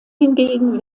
hingegen